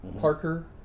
Parker